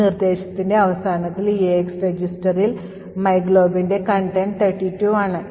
ഈ നിർദ്ദേശത്തിന്റെ അവസാനത്തിൽ EAX രജിസ്റ്ററിൽ myglobന്റെ content 32 ആണ്